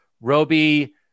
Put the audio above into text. Roby